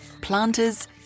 planters